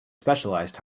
specialized